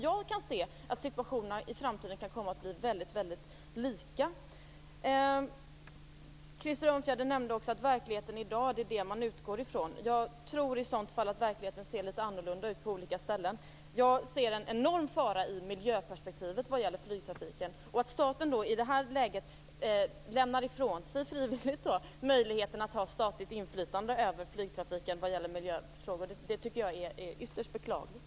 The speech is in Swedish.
Jag anser att situationerna i framtiden kan komma att bli väldigt lika. Krister Örnfjäder nämnde också att det man utgår ifrån är verkligheten i dag. Jag tror i så fall att verkligheten ser litet olika ut på olika ställen. Jag ser en enorm fara i flygtrafiken när det gäller miljöperspektivet. Att staten i det läget frivilligt lämnar ifrån sig möjligheten till statligt inflytande över flygtrafiken när det gäller miljööfrågor tycker jag är ytterst beklagligt.